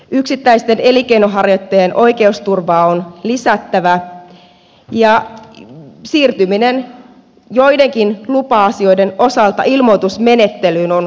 yksittäisten elinkeinonharjoittajien oikeusturvaa on lisättävä ja siirtyminen joidenkin lupa asioiden osalta ilmoitusmenettelyyn on suotavaa